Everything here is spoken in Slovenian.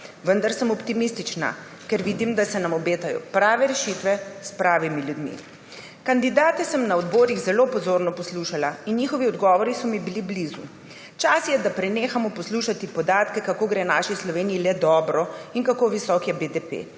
vendar sem optimistična, ker vidim, da se nam obetajo prave rešitve s pravimi ljudmi. Kandidate sem na odborih zelo pozorno poslušala in njihovi odgovori so mi bili blizu. Čas je, da prenehamo poslušati podatke, kako gre naši Sloveniji le dobro in kako visok je BDP.